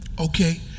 okay